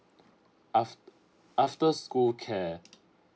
af~ after school care